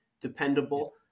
dependable